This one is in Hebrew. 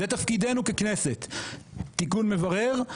זה תפקידנו ככנסת תיקון מברר,